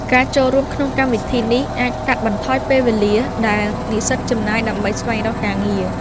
ការចូលរួមក្នុងកម្មវិធីនេះអាចកាត់បន្ថយពេលវេលាដែលនិស្សិតចំណាយដើម្បីស្វែងរកការងារ។